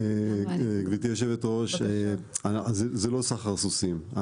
גברתי יושבת הראש, זה לא סחר סוסים.